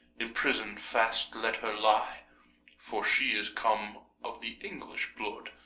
in prison fast let her lie for she is come of the english bloud,